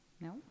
No